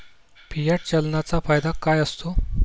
Fiat चलनाचा फायदा काय असतो?